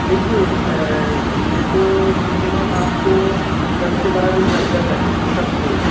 देखिए यह तो मिनिमम आप को दस से बारह दिन लग जाता है सब को